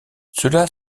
cela